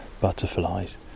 butterflies